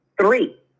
three